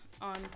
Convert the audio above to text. on